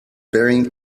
bearing